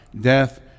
death